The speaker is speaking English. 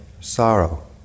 sorrow